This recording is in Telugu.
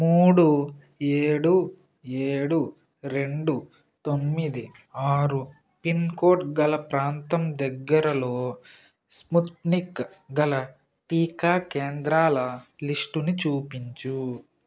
మూడు ఏడు ఏడు రెండు తొమ్మిది ఆరు పిన్ కోడ్ గల ప్రాంతం దగ్గరలో స్పుత్నిక్ గల టీకా కేంద్రాల లిస్టుని చూపించుము